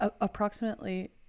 approximately